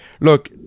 Look